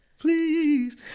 Please